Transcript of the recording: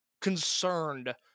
concerned